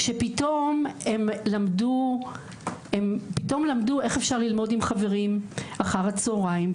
שפתאום הם למדו איך אפשר ללמוד עם חברים אחר הצוהריים,